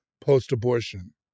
post-abortion